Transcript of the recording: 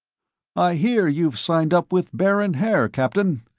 i hear you've signed up with baron haer, captain.